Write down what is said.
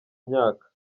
myaka